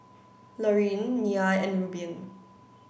Laurene Nia and Rubin